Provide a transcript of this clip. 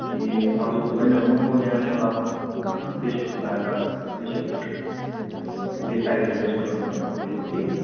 ए हजुर होइन म यहाँ तल पेसोकबाट पेसोक वे साइड रेस्टुरेन्टबाट बोलेको कि